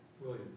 William